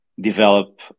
develop